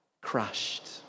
crushed